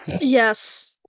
Yes